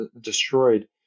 destroyed